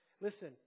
Listen